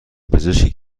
پزشکی